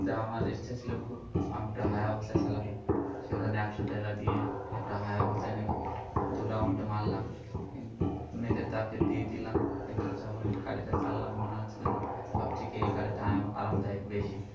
তা আমার ইচ্ছা ছিল খুব আমিটা হায়াবুসা চালাব সেখানে একশো টাকা দিয়ে একটা হায়াবুসা নিলাম দু রাউন্ড মারলাম মেরে তাকে দিয়ে দিলাম কিন্তু যখন গড়িটা চালালাম মনে হচ্ছে যেন সব থেকে এই গাড়িটা আরামদায়ক বেশি